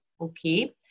Okay